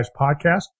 Podcast